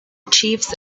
chiefs